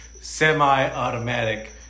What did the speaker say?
semi-automatic